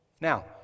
Now